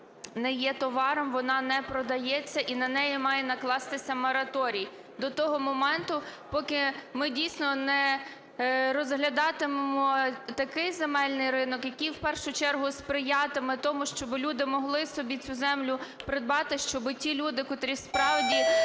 не є товаром, вона не продається і на неї має накластися мораторій до того моменту, поки ми, дійсно, не розглядатимемо такий земельний ринок, який в першу чергу сприятиме тому, щоб люди могли собі цю землю придбати, щоб ті люди, котрі справді